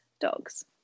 dogs